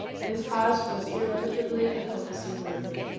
and his cause was irretrievably and hopelessly ruined.